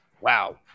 Wow